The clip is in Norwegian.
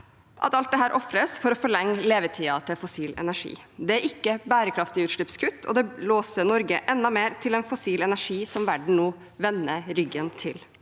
at alt dette ofres for å forlenge levetiden til fossil energi. Det er ikke bærekraftig utslippskutt, og det låser Norge enda mer til en fossil energi, som verden nå vender ryggen til.